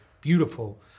beautiful